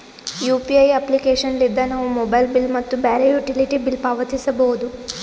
UPI application ಲಿದ್ದ ನಾವು mobile bill ಮತ್ತು ಬ್ಯಾರೆ ಯುಟಿಲಿಟಿ ಬಿಲ್ ಪಾವತಿಸಬೋದು